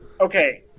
Okay